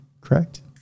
correct